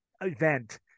event